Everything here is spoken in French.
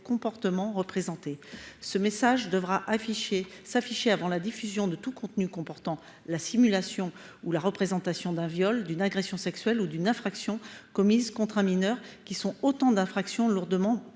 comportements représentés. Ce message devra s’afficher avant la diffusion de tout contenu comportant la simulation ou la représentation d’un viol, d’une agression sexuelle ou d’une infraction commise contre un mineur, qui sont autant d’infractions lourdement